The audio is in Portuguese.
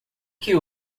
que